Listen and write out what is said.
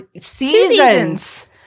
seasons